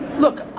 look,